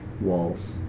walls